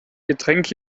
getränk